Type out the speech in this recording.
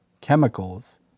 chemicals